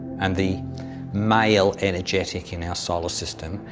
and the male energetic in our solar system,